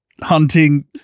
Hunting